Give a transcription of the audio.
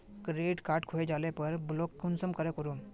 Credit card खोये जाले पर ब्लॉक कुंसम करे करूम?